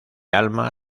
alma